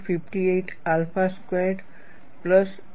58 alpha squared plus 11